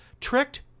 tricked